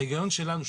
ההיגיון שלנו,